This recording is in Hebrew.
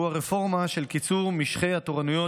והוא הרפורמה של קיצור משכי התורנויות,